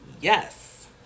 Yes